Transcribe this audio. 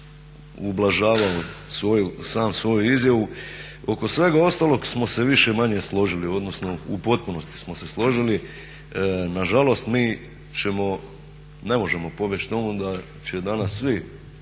način ublažavao svoju, sam svoju izjavu. Oko svega ostalog smo se više-manje složili, odnosno u potpunosti smo se složili. Nažalost mi ćemo, ne možemo …/Govornik se